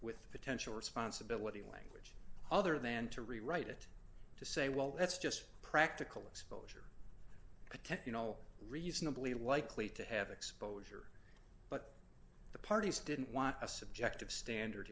with potential responsibility language other than to rewrite it to say well that's just practical it's protect you know reasonably likely to have exposure but the parties didn't want a subjective standard